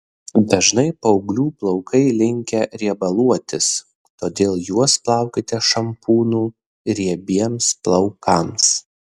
dažnai paauglių plaukai linkę riebaluotis todėl juos plaukite šampūnu riebiems plaukams